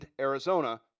Arizona